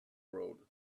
road